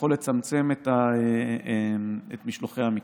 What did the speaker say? שיכול לצמצם את משלוחי המקנה.